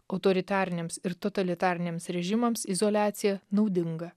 autoritariniams ir totalitariniams režimams izoliacija naudinga